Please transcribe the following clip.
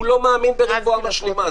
הוא לא מאמין ברפואה משלימה.